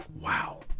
Wow